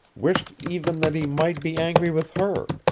wished even that he might be angry with her.